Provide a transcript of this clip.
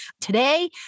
Today